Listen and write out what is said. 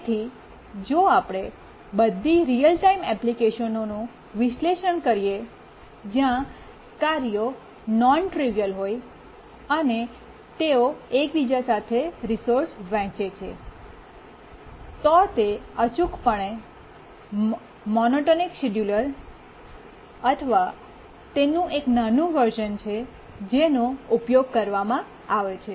તેથી જો આપણે બધી રીઅલ ટાઇમ એપ્લિકેશનોનું વિશ્લેષણ કરીએ છીએ જ્યાં કાર્યો નોન ટ્રીવીઅલ હોય છે અને તેઓ એકબીજા સાથે રિસોર્સ વહેંચે છે તો તે અચૂકપણે મોનોટોનિક શિડ્યુલર અથવા તેનું નાનું એક વેરિએશન છે જેનો ઉપયોગ કરવામાં આવે છે